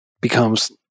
becomes